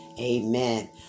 Amen